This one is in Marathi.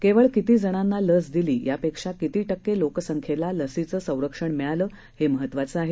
केवळ किती जणांना लस दिली यापेक्षा किती टक्के लोकसंख्येला लसीचं संरक्षण मिळालं हे महत्त्वाचं आहे